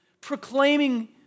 proclaiming